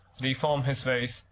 reform his ways,